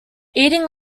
eating